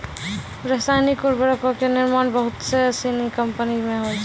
रसायनिक उर्वरको के निर्माण बहुते सिनी कंपनी मे होय छै